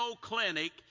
Clinic